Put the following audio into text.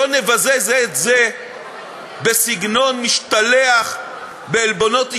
שלא נבזה זה את זה בסגנון משתלח, בעלבונות אישיים.